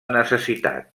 necessitat